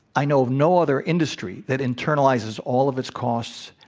i know of no other industry that internalizes all of its costs.